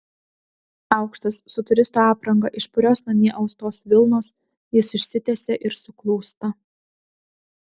aukštas su turisto apranga iš purios namie austos vilnos jis išsitiesia ir suklūsta